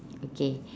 okay